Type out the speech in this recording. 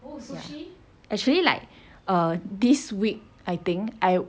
actually like err this week I think I